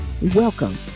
Welcome